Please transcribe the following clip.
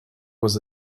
was